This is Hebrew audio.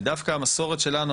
ודווקא המסורת שלנו,